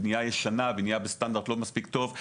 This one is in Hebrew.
בנייה בסטנדרט לא מספיק טוב,